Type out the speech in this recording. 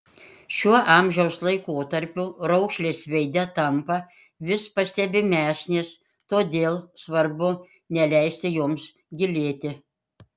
šiuo amžiaus laikotarpiu raukšlės veide tampa vis pastebimesnės todėl svarbu neleisti joms gilėti